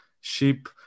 sheep